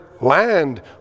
land